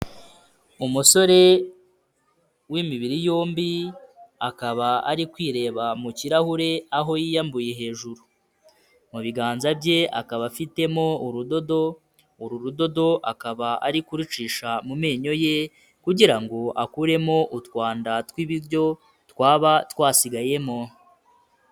Umusore w'imibiri yombi akaba ari kwireba mu kirahure aho yiyambuye hejuru, mu biganza bye akaba afitemo urudodo, uru rudodo akaba ari kurucisha mu menyo ye kugira ngo akuremo utwanda tw'ibiryo twaba twasigayemo.